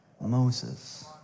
Moses